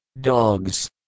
dogs